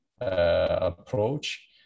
Approach